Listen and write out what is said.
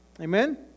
Amen